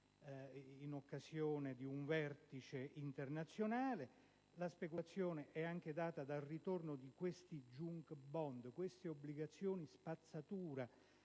in occasione di un vertice internazionale. La speculazione è anche data del ritorno dei *junk bond*: le obbligazioni spazzatura